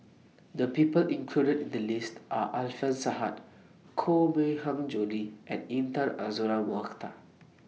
The People included in The list Are Alfian Sa'at Koh Mui Hiang Julie and Intan Azura Mokhtar